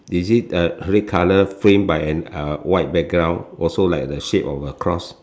is it uh red colour frame by an uh white background also like the shape of a cross